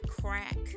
crack